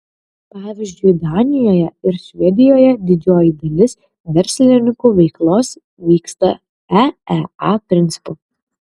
pavyzdžiui danijoje ir švedijoje didžioji dalis verslininkų veiklos vyksta eea principu